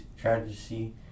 tragedy